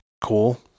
cool